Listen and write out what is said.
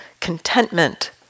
contentment